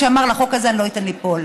שאמר: לחוק הזה אני לא אתן ליפול.